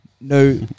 no